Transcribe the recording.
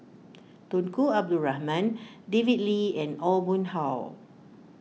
Tunku Abdul Rahman David Lee and Aw Boon Haw